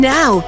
Now